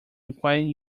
acquiring